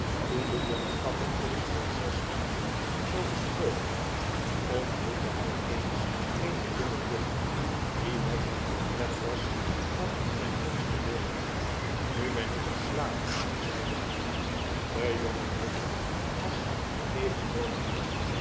toen de jonge kapper omstreeks zes rnaanden zoo gesproken had ontmoette hy eens eene jongejuffer die net het portret was van zyn mooiste beeld nu ben ik een slaaf zeide hy de jongejuffer was even